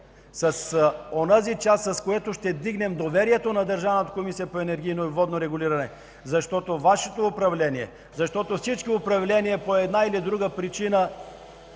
онази част, с която ще вдигнем доверието в Държавната комисия за енергийно и водно регулиране, защото Вашето управление, защото всички управления (председателят дава сигнал,